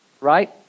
Right